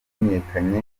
wamenyekanye